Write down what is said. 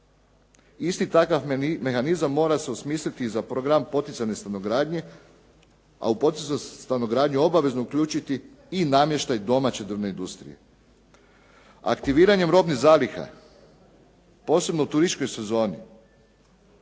Isti takav mehanizam mora se osmisliti i za program poticajne stanogradnje, a u poticajnu stanogradnju obavezno uključiti i namještaj domaće drvne industrije. Aktiviranjem robnih zaliha, posebno u turističkoj sezoni